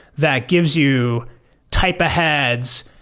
that gives you type-aheads,